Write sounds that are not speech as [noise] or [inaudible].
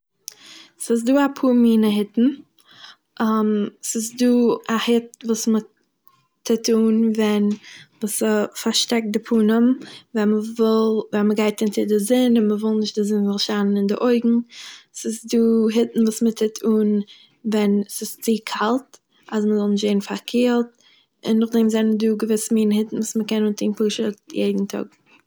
ס'איז דא אפאר מינע היטן, [hesitation] ס'איז דא א היט וואס מ'טוט אן ווען- וואס ס'פארשטעקט די פנים ווען מ'וויל- ווען מ'גייט אונטער די זון ווען מ'וויל נישט די זון זאל שיינען אין די אויגן, ס'איז דא היטן וואס מ'טוט אן ווען ס'איז צו קאלט אז מ'זאל נישט ווערן פארקילט, און נאכדעם זענען דא געוויסע מינע היטן וואס מ'קען אנטוהן פשוט יעדן טאג.